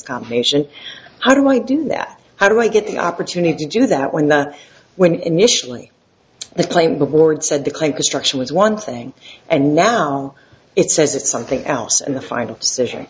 combination how do i do that how do i get the opportunity to do that when the when initially the claim the board said the clay construction is one thing and now it says it's something else and the final decision